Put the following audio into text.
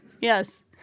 Yes